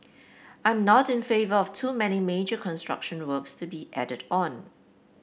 I'm not in favour of too many major construction works to be added on